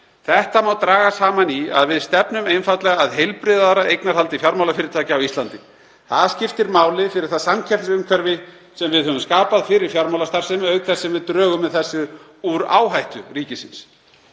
Þetta má draga saman í að við stefnum einfaldlega að heilbrigðara eignarhaldi fjármálafyrirtækja á Íslandi. Það skiptir máli fyrir það samkeppnisumhverfi sem við höfum skapað fyrir fjármálastarfsemi auk þess sem við drögum með þessu úr áhættu ríkisins.